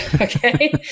Okay